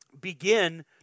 begin